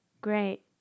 Great